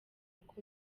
uko